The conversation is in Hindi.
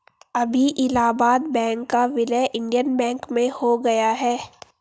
अभी इलाहाबाद बैंक का विलय इंडियन बैंक में हो गया है